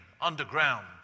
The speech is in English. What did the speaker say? underground